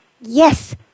Yes